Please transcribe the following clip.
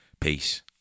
Peace